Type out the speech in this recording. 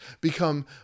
become